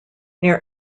near